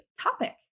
topic